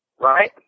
right